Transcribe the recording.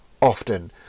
often